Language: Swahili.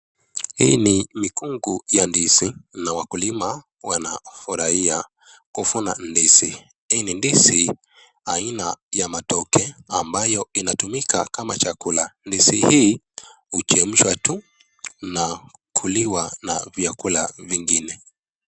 Hii ni mikungu ya ndizi na wakulima wanafurahia kuvuna ndizi. Hii ni ndizi aina ya matoke ambayo inatumika kama chakula. Ndizi hii huchemshwa tu na kuliwa na vyakula vingine.